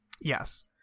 yes